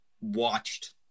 watched